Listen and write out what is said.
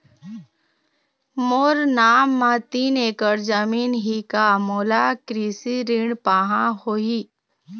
मोर नाम म तीन एकड़ जमीन ही का मोला कृषि ऋण पाहां होही?